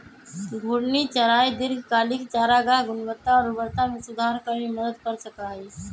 घूर्णी चराई दीर्घकालिक चारागाह गुणवत्ता और उर्वरता में सुधार करे में मदद कर सका हई